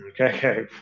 okay